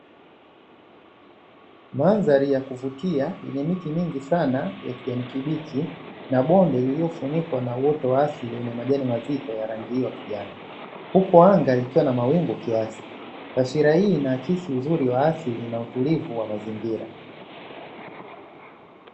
Mandhari ya kuvutia yenye miti mingi sana ya kijani kibichi, na bonde lililofunikwa na uoto wa asili lenye majani mazito ya rangi hiyo ya kijani, huku anga likiwa na mawingu kiasi. Taswira hii inaakisi uzuri wa ardhi na mazingira.